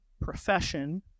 profession